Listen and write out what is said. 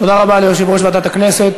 תודה רבה ליושב-ראש ועדת הכנסת.